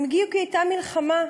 הם הגיעו כי הייתה מלחמה,